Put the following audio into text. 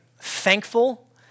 thankful